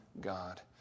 God